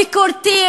ביקורתי,